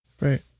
Right